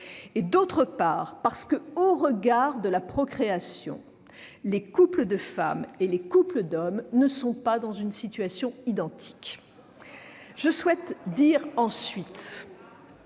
! D'autre part, parce que, au regard de la procréation, les couples de femmes et les couples d'hommes ne sont pas dans une situation identique. Ensuite, la reconnaissance